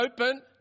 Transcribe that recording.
open